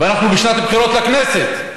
אנחנו בשנת הבחירות לכנסת,